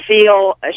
feel